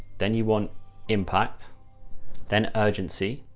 then you want impact then urgency.